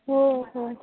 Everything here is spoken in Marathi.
हो हो